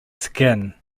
skin